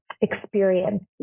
experience